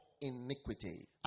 iniquity